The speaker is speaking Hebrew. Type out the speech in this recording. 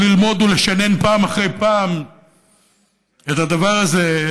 ללמוד ולשנן פעם אחרי פעם את הדבר הזה,